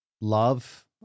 love